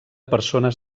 persones